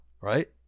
right